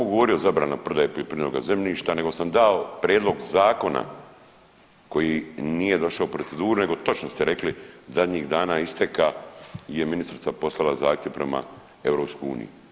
Ne da samo govorio zabrana prodaje poljoprivrednog zemljišta nego sam dao prijedlog zakona koji nije došao u proceduru, nego točno ste rekli zadnjih dana isteka je ministrica poslala zahtjev prema EU.